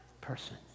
person